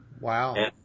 Wow